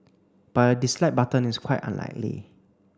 but a dislike button is quite unlikely